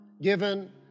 given